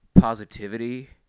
positivity